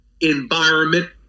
environment